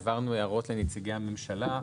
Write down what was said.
הערות לנציגי הממשלה,